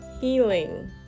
healing